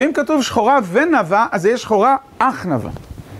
אם כתוב שחורה ונבה, אז זה יהיה שחורה אך נבה.